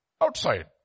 outside